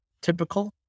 typical